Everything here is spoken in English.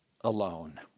alone